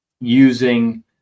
Using